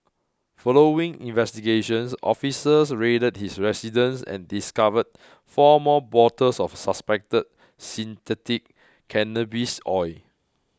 following investigations officers raided his residence and discovered four more bottles of suspected synthetic cannabis oil